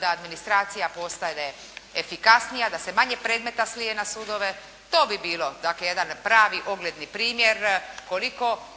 da administracija postane efikasnija, da se manje predmeta slije na sudove, to bi bilo jedan pravni ogledni primjer koliko